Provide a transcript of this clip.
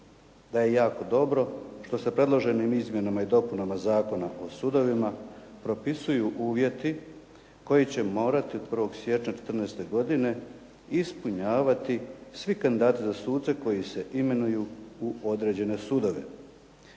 da je jako dobro što se predloženim izmjenama i dopunama Zakona o sudovima propisuju uvjeti koji će morati od 1. siječnja 2014. ispunjavati svi kandidati za suce koji se imenuju u određene sudove.